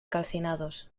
calcinados